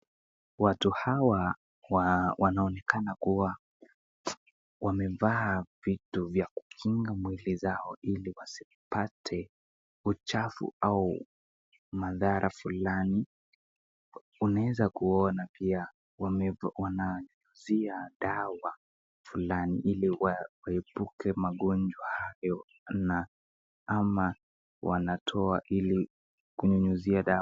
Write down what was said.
Watu hawa wanaonekana kuwa wamevaa vitu vya kukinga mwili zao ili wasipate uchafu au madhara fulani. Unaweza kuona pia wame wananyunyuzia dawa fulani ili waepuke magonjwa hayo na ama wanatoa ili kunyunyuzia dawa.